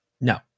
No